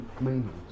meanings